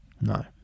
no